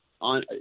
on